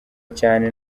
cyane